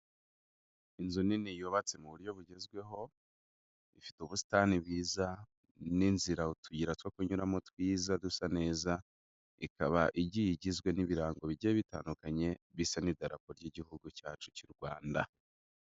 Inzu nini yubatse mu buryo bugezweho ifite ubusitani bwiza n'inzira, utuyira two kunyuramo twiza dusa neza, ikaba igiye igizwe n'ibirango bijye bitandukanye bisa nk'idarapo ry'Igihugu cyacu cy'u Rwanda.